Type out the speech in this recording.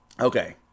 Okay